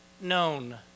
known